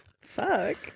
Fuck